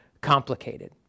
complicated